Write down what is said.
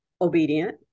obedient